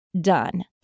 done